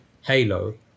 Halo